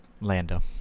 Lando